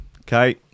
Okay